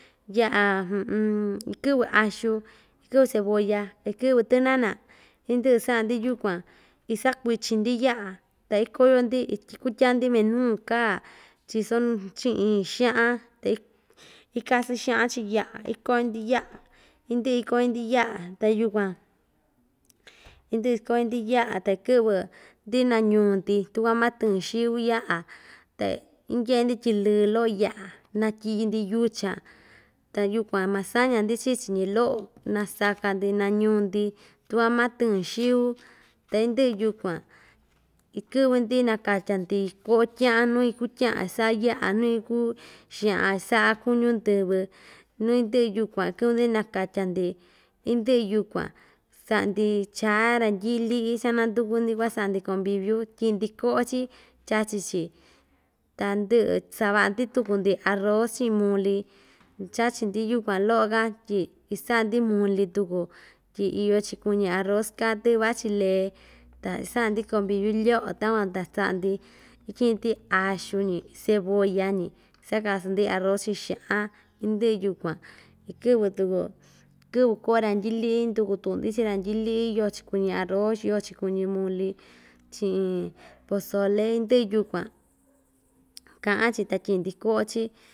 Ya'a ikɨ'vɨ axu ikɨ'vɨ cebolla ikɨ'vɨ tɨnana indɨ'ɨ sa'a‑ndi yukuan isakuichin‑ndi ya'a ta ikoyo‑ndi ity ikutyaa‑ndi minu kaa chiso chi'in xa'an ta ikasɨn xa'an chi'in ya'a ikoyo‑ndi ya'a indɨ'ɨ ikoyo‑ndi ya'a ta yukuan indɨ'ɨ ikoyo‑ndi ya'a ta ikɨ'vɨ‑ndi nañu‑ndi takua matɨɨn xiu ya'a ta indye'e‑ndi tyi lɨɨ lo'o ya'a natyi'i‑ndi yucha ta yukuan masaña‑ndi chii‑chi ñi lo'o nasaka‑ndi nañu‑ndi tukua matɨɨn xiu ta indɨ'ɨ yukuan ikɨ'vɨ‑ndi nakatya‑ndi ko'o tya'an nuu ikutya'an isa'a ya'a nuu iku xa'an sa'a kuñú ndɨvɨ nu indɨ'ɨ yukuan ikɨ'vɨ‑ndi nakatya‑ndi indɨ'ɨ yukuan sa'a‑ndi chaa randyi'i li'i chananduku‑ndi ku'a sa'a‑ndi conviviu tyi'i‑ndi ko'o‑chi chachi‑chi ta ndɨ'ɨ sava'a‑ndi tuku‑ndi arro chi'in muli chachi‑ndi yukuan lo'o‑ka tyi isa'a‑ndi muli tuku tyi iyo‑chi kuñi arroz katɨ vachi lee ta isa'a‑ndi conviviu lyo'o takuan ta sa'a‑ndi ityi'i‑ndi axu‑ñi cebolla‑ñi sakasɨn‑ndi arro chi'in xa'an indɨ'ɨ yukuan ikɨ'vɨ tuku kɨ'vɨ ko'o randyi li'i nduku tuku‑ndi chii randyi'i li'i yoo‑chi kuñi arroz yoo‑chi kuñi muli chi'in pozole indɨ'ɨ yukuan ka'an‑chi ta tyi'i‑ndi ko'o‑chi.